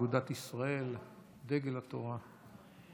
אגודת ישראל, דגל התורה.